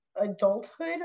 adulthood